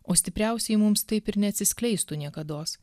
o stipriausieji mums taip ir ne atsiskleistų niekados